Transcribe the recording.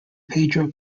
pedro